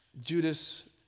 Judas